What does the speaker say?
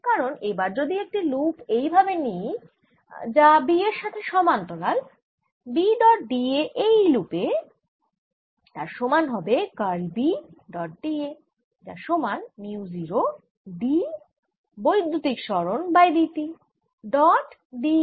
কারণ এবার যদি একটি লুপ এই ভাবে নিই যা B এর সাথে সমান্তরাল B ডট d a এই লুপে তার সমান হবে curl B dot d a যার সমান মিউ 0 d বৈদ্যুতিক সরণ by d t dot d a